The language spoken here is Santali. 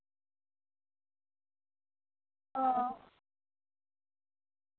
ᱚᱻ